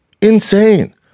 Insane